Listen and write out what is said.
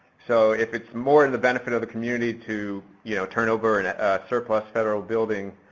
so if it's more in the benefit of the community to, you know, turn over and a surplus federal building